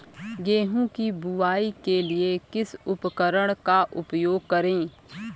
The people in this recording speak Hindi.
गेहूँ की बुवाई के लिए किस उपकरण का उपयोग करें?